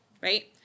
right